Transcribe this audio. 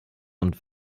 und